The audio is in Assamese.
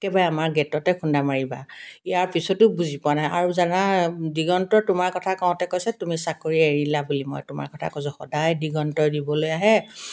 একেবাৰে আমাৰ গেটতে খুন্দা মাৰিবা ইয়াৰ পিছতো বুজি পোৱা নাই আৰু জানা দিগন্ত তোমাৰ কথা কওঁতে কৈছে তুমি চাকৰি এৰিলা বুলি মই তোমাৰ কথা কৈছোঁ সদায় দিগন্তই দিবলৈ আহে